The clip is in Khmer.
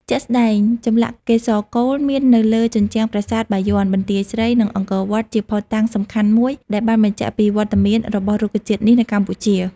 ជាក់ស្ដែង ចម្លាក់កេសរកូលមាននៅលើជញ្ជាំងប្រាសាទបាយ័ន បន្ទាយស្រី និងអង្គរវត្តជាភស្ដុតាងសំខាន់មួយដែលបានបញ្ជាក់ពីវត្តមាន របស់រុក្ខជាតិនេះនៅកម្ពុជា។